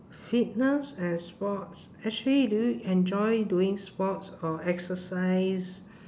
fitness and sports actually do you enjoy doing sports or exercise